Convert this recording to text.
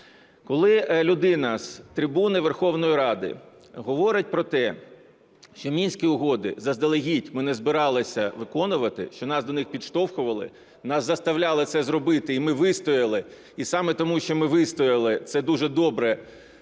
Коли людина з трибуни Верховної Ради говорить про те, що Мінські угоди заздалегідь ми не збиралися виконувати, що нас до них підштовхували, нас заставляли це зробити і ми вистояли, і саме тому, що ми вистояли, це дуже добре,